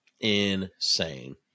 Insane